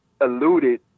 alluded